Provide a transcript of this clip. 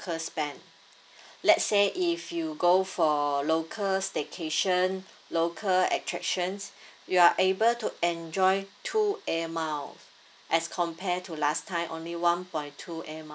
spend let's say if you go for local staycation local attractions you are able to enjoy two air mile as compare to last time only one point two air mile